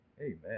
Amen